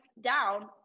down